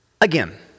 Again